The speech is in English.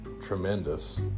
tremendous